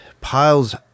piles